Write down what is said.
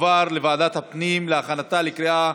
לוועדת הפנים והגנת הסביבה נתקבלה.